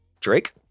Drake